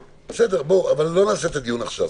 בסדר, אבל לא נעשה את הדיון עכשיו.